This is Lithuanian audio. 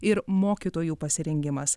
ir mokytojų pasirengimas